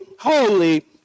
holy